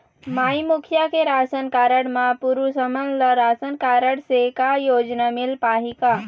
माई मुखिया के ration card म पुरुष हमन ला रासनकारड से का योजना मिल पाही का?